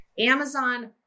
Amazon